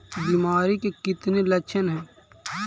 बीमारी के कितने लक्षण हैं?